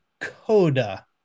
CODA